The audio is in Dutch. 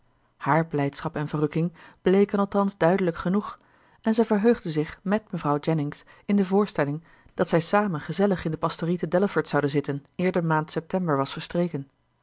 hààr blijdschap en verrukking bleken althans duidelijk genoeg en zij verheugde zich mèt mevrouw jennings in de voorstelling dat zij samen gezellig in de pastorie te delaford zouden zitten eer de maand september was verstreken